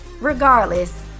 regardless